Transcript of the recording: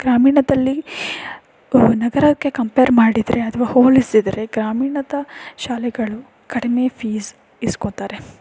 ಗ್ರಾಮೀಣದಲ್ಲಿ ನಗರಕ್ಕೆ ಕಂಪೇರ್ ಮಾಡಿದರೆ ಅಥವಾ ಹೋಲಿಸಿದರೆ ಗ್ರಾಮೀಣದ ಶಾಲೆಗಳು ಕಡಿಮೆ ಫೀಸ್ ಇಸ್ಕೋತಾರೆ